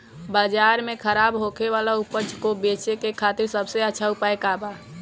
बाजार में खराब होखे वाला उपज को बेचे के खातिर सबसे अच्छा उपाय का बा?